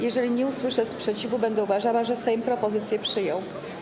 Jeżeli nie usłyszę sprzeciwu, będę uważała, że Sejm propozycję przyjął.